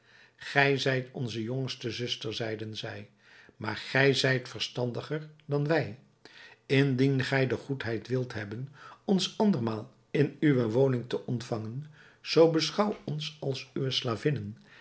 gij zijt onze jongste zuster zeiden zij maar gij zijt verstandiger dan wij indien gij de goedheid wilt hebben ons andermaal in uwe woning te ontvangen zoo beschouw ons als uwe